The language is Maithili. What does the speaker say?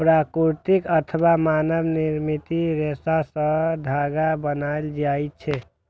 प्राकृतिक अथवा मानव निर्मित रेशा सं धागा बनायल जाए छै